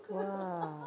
!wah!